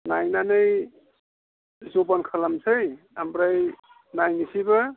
नायनानै जबान खालामनोसै ओमफ्राय नायनोसैबो